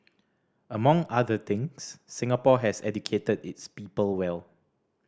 among other things Singapore has educated its people well